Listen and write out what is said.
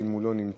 אם הוא לא נמצא,